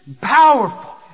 powerful